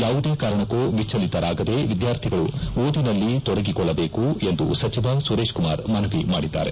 ಯಾವುದೇ ಕಾರಣಕ್ಕೂ ವಿಚಲಿತರಾಗದೇ ವಿದ್ವಾರ್ಥಿಗಳು ಓದಿನಲ್ಲಿ ತೊಡಗಿಸಿಕೊಳ್ಳಬೇಕು ಎಂದು ಸಚಿವ ಸುರೇಶಕುಮಾರ್ ಮನವಿ ಮಾಡಿದ್ದಾರೆ